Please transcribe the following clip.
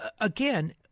again